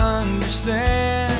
understand